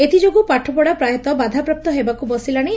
ଏଥିଯୋଗୁଁ ପାଠପଢ଼ା ପ୍ରାୟତଃ ବାଧାପ୍ରାପ୍ତ ହେବାକୁ ବସିଲାଣି